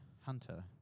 Hunter